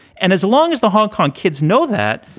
and as long as the hong kong kids know that,